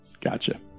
Gotcha